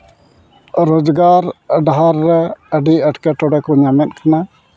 ᱨᱳᱡᱽᱜᱟᱨ ᱰᱟᱦᱟᱨ ᱨᱮ ᱟᱹᱰᱤ ᱮᱴᱠᱮᱴᱚᱬᱮ ᱠᱚ ᱧᱟᱢᱮᱜ ᱠᱟᱱᱟ